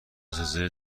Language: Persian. زلزله